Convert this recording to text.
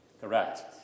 Correct